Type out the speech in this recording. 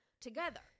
together